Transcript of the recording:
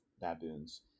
baboons